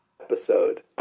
episode